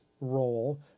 role